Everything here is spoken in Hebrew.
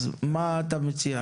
מה אתה מציע?